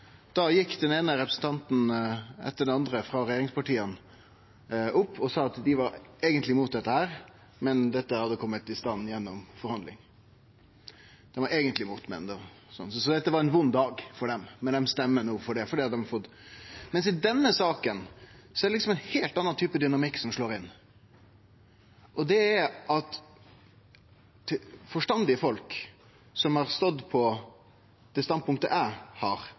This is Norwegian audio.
da vi behandla forbod mot pelsdyrhald, gjekk den eine representanten etter den andre frå regjeringspartia opp og sa at dei eigentleg var imot dette, men det hadde kome i stand gjennom forhandling. Dei var eigentleg imot, så dette var ein vond dag for dei, men dei stemmer no for det, for det dei har fått. I denne saka er det liksom ein heilt annan type dynamikk som slår inn, og det er at forstandige folk som har stått på det standpunktet eg har